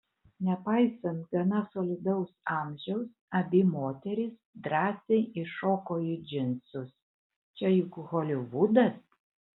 nepaisant gana solidaus amžiaus abi moterys drąsiai įšoko į džinsus čia juk holivudas